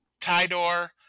Tidor